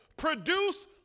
Produce